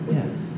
Yes